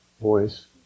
voice